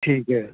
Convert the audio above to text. ਠੀਕ ਹੈ